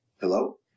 hello